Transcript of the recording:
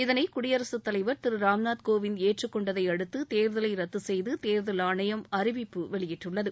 இதனை குடியரசுத் தலைவர் திரு ராம்நாத் கோவிந்த் ஏற்றுக் கொண்டதை அடுத்து தேர்தலை ரத்து செய்து தேர்தல் ஆணையம் அறிவிப்பு வெளியிட்டுள்ளது